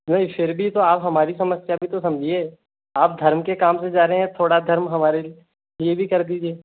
नहीं फिर भी तो आप हमारी समस्या भी तो समझिए आप धर्म के काम से जा रहे हैं थोड़ा धर्म हमारे लिए भी कर दीजिए